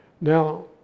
Now